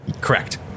Correct